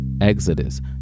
Exodus